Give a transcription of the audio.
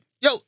Yo